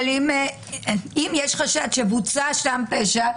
אבל אם יש חשד שבוצע שם פשע,